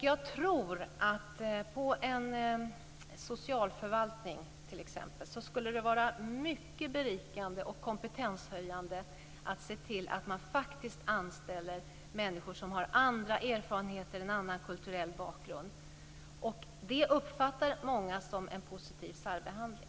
Jag tror att det t.ex. på en socialförvaltning skulle vara mycket berikande och kompetenshöjande att anställa människor med andra erfarenheter och en annan kulturell bakgrund, men detta uppfattar många som en positiv särbehandling.